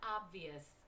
obvious